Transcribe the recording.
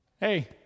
Hey